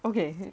okay